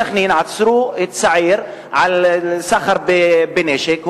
בסח'נין עצרו צעיר על סחר בנשק,